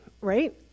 right